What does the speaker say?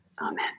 Amen